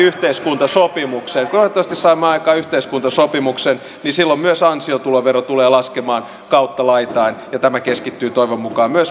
kun toivottavasti saamme aikaan yhteiskuntasopimuksen niin silloin myös ansiotulovero tulee laskemaan kautta laitain ja tämä keskittyy toivon mukaan myös pieni ja keskituloisiin